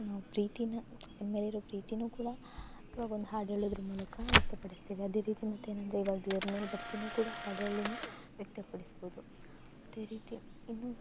ನಾವು ಪ್ರೀತಿನ ಅಪ್ಪನ ಮೇಲಿರೋ ಪ್ರೀತಿನು ಕೂಡ ಇವಾಗ ಒಂದು ಹಾಡು ಹೇಳುದ್ರ ಮೂಲಕ ವ್ಯಕ್ತಪಡಿಸ್ತೀವಿ ಅದೇ ರೀತಿ ಮತ್ತೇನು ಅಂದರೆ ಇವಾಗ ದೇವ್ರ ಮೇಲೆ ಭಕ್ತಿನು ಕೂಡ ಹಾಡು ಹೇಳಿನೇ ವ್ಯಕ್ತಪಡಿಸ್ಬೋದು ಅದೇ ರೀತಿ ಇನ್ನು